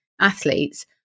athletes